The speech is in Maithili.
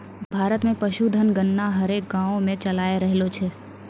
भारत मे पशुधन गणना हरेक गाँवो मे चालाय रहलो छै